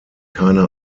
keine